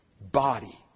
body